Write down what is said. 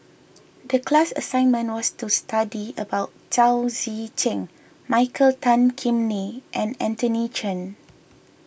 the class assignment was to study about Chao Tzee Cheng Michael Tan Kim Nei and Anthony Chen